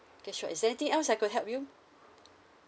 K sure is there anything else I could help you